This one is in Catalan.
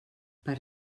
per